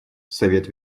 совет